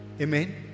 Amen